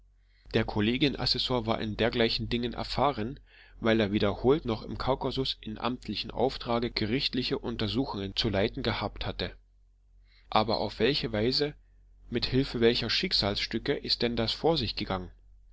der kollegien assessor war in dergleichen dingen erfahren weil er wiederholt noch im kaukasus in amtlichem auftrage gerichtliche untersuchungen zu leiten gehabt hatte aber auf welche weise mit hilfe welcher schicksalstücke ist denn das vor sich gegangen